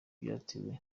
byatewe